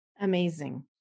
Amazing